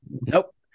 nope